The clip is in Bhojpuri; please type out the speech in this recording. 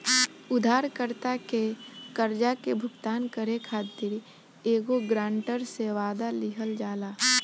उधारकर्ता के कर्जा के भुगतान करे खातिर एगो ग्रांटर से, वादा लिहल जाला